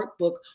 workbook